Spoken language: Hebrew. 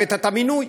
אתה הבאת את המינוי